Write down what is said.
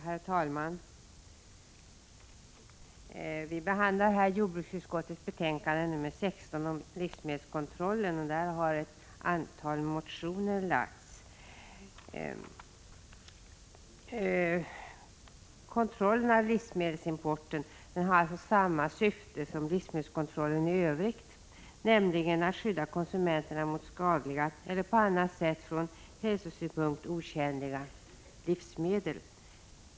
Herr talman! Vi behandlar nu jordbruksutskottets betänkande 16 om livsmedelskontroll, och i denna fråga har ett antal motioner väckts. Kontrollen av livsmedelsimporten har samma syfte som livsmedelskontrollen i övrigt, nämligen att skydda konsumenterna mot skadliga eller på annat sätt från hälsosynpunkt otjänliga livsmedel.